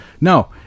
no